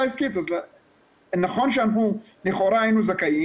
עסקית' אז נכון שאמרו 'לכאורה היינו זכאים,